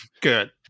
Good